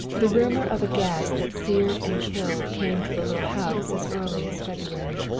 the rumor of a gas that seared and killed came to the little house as early as february.